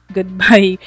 Goodbye